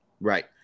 Right